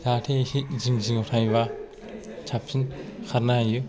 जाहाथे एसे जिं जिङाव थायोबा साबसिन खारनो हायो